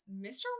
Mr